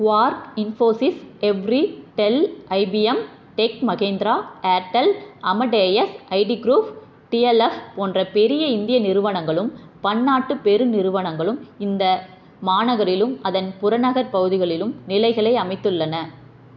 Quark Infosys Evry Dell IBM Tech Mahindra Airtel Amadeus IT Group DLF போன்ற பெரிய இந்திய நிறுவனங்களும் பன்னாட்டுப் பெருநிறுவனங்களும் இந்த மாநகரிலும் அதன் புறநகர் பகுதிகளிலும் நிலைகளை அமைத்துள்ளன